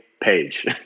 page